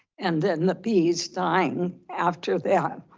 and then the bees dying after that.